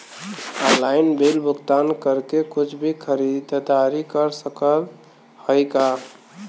Online bill भुगतान करके कुछ भी खरीदारी कर सकत हई का?